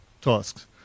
tasks